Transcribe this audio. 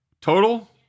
Total